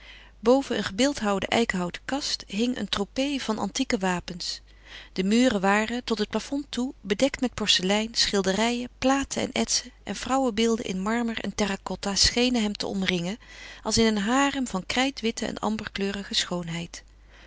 boven een gebeeldhouwde eikenhouten kast hing een tropee van antieke wapens de muren waren tot het plafond toe bedekt met porselein schilderijen platen en etsen en vrouwenbeelden in marmer en terra-cotta schenen hem te omringen als in een harem van krijtwitte en amberkleurige schoonheid